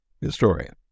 historian